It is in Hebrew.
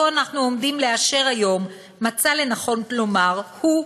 אנחנו עומדים לאשר היום מצא לנכון לומר הוא: